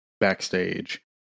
backstage